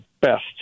best